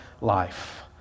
life